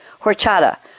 horchata